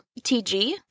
TG